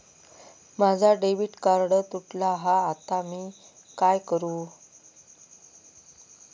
माझा debit card तुटला हा आता मी काय करू?